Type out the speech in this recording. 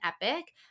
epic